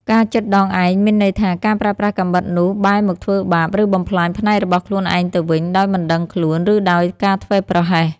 ការចិតដងឯង មានន័យថា ការប្រើប្រាស់កាំបិតនោះបែរមកធ្វើបាប ឬបំផ្លាញផ្នែករបស់ខ្លួនឯងទៅវិញ ដោយមិនដឹងខ្លួន ឬដោយការធ្វេសប្រហែស។